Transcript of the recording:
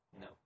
No